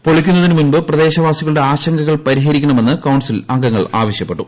പൊളിക്കുന്നതിന് മുൻപ് പ്രദേശവാസികളുടെ ആശങ്കകൾ പരിഹരിക്ക ണമെന്ന് കൌൺസിൽ അംഗങ്ങൾ ആവശ്യപ്പെട്ടു